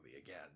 again